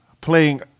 playing